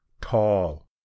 tall